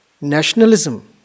nationalism